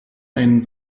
einen